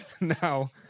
now